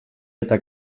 eta